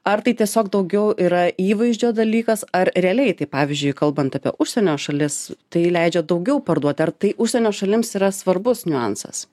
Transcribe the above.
ar tai tiesiog daugiau yra įvaizdžio dalykas ar realiai tai pavyzdžiui kalbant apie užsienio šalis tai leidžia daugiau parduoti ar tai užsienio šalims yra svarbus niuansas